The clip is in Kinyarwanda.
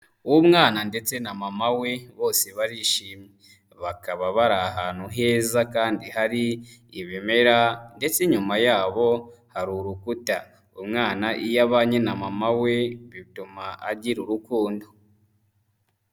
Umwana ndetse na mama we bose barishimye, bakaba bari ahantu heza kandi hari ibimera ndetse inyuma yabo hari urukuta, umwana iyo abanye na mama we bituma agira urukundo.